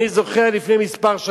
אני זוכר, לפני כמה שנים,